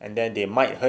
and then they might hurt